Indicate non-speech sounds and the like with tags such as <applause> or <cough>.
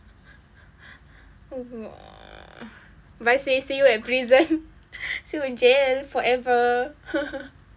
<noise> uh bye sis see you at prison see you in jail forever